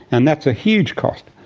and that's a huge cost.